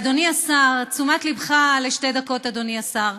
אדוני השר, תשומת ליבך לשתי דקות, אדוני השר: